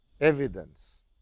evidence